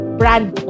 brand